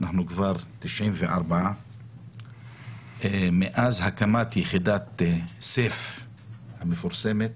אנחנו כבר 94. מאז הקמת יחידת סייף המפורסמת